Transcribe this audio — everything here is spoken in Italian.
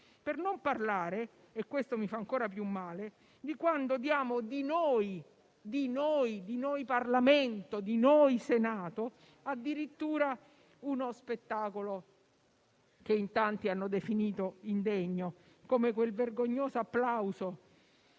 Per non parlare - questo mi fa ancora più male - di quando diamo di noi come Parlamento, di noi come Senato addirittura uno spettacolo che in tanti hanno definito indegno, come quel vergognoso applauso